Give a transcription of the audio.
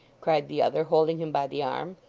cried the other, holding him by the arm.